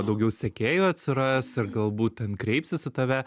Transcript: daugiau sekėjų atsiras ir galbūt ten kreipsis į tave